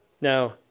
Now